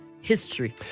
history